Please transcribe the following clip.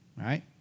right